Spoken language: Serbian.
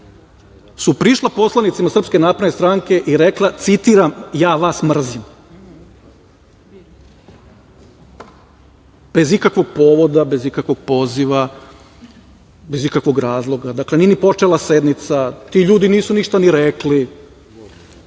su prišla poslanicima Srpske napredne stranke i rekla, citiram: „Ja vas mrzim“, bez ikakvog povoda, bez ikakvog poziva, bez ikakvog razloga, dakle nije ni počela sednica ti ljudi nisu ništa ni rekli.